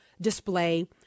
display